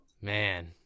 man